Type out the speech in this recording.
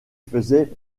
faisait